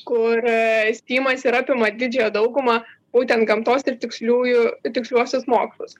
kur stymas ir apima didžiąją daugumą būtent gamtos ir tiksliųjų tiksliuosius mokslus